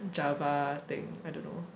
java thing I don't know